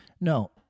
No